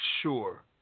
sure